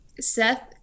Seth